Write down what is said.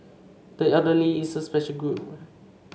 the elderly is a special group